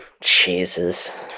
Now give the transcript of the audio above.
Jesus